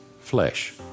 flesh